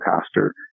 pastor